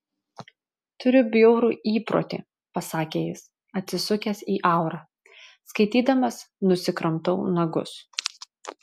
turiu bjaurų įprotį pasakė jis atsisukęs į aurą skaitydamas nusikramtau nagus